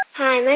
hi,